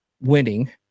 winning